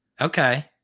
Okay